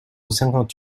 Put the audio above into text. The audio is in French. cinquante